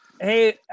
Hey